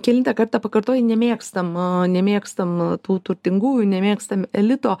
kelintą kartą pakartoji nemėgstama nemėgstam tų turtingųjų nemėgstam elito